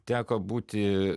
teko būti